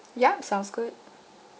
yup sounds good